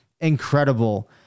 incredible